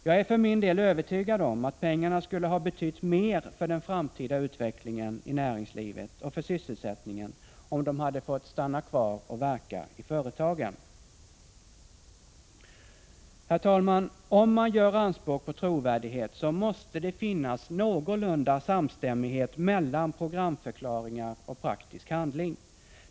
Jag är för min del övertygad om att pengarna skulle ha betytt mer för den framtida utvecklingen i näringslivet och för sysselsättningen om de hade fått stanna kvar och verka i företagen. Herr talman! Om man gör anspråk på trovärdighet så måste det finnas någorlunda god samstämmighet mellan programförklaringar och praktisk handling.